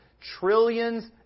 trillions